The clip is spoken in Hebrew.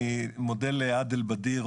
אני מודה לעאדל בדיר,